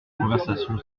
conversation